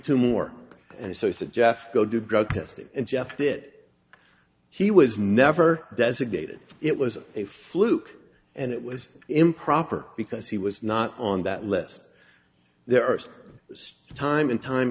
two more and so he said jeff go do drug testing and jeff that he was never designated it was a fluke and it was improper because he was not on that list there are still time and time